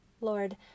Lord